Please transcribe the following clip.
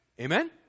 Amen